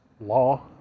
Law